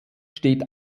steht